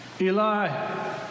Eli